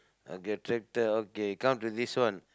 அங்கே:angkee tractor okay come to this one